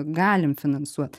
galim finansuot